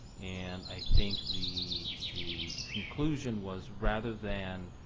and i think the the conclusion was rather than